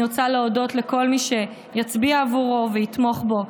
אני רוצה להודות לכל מי שיצביע בעבורו ויתמוך בו.